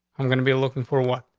i'm gonna be looking for what?